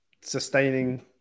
sustaining